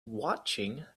watching